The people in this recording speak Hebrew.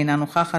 אינה נוכחת,